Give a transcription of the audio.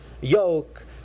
yoke